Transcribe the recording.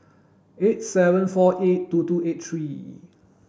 eight seven four eight two two eight three